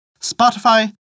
Spotify